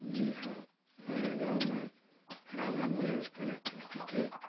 जी हाँ मेरे गाँव में खराब एम्बुलेंस कनेक्टिविटी की